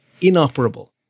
inoperable